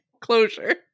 Closure